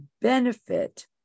benefit